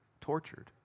Tortured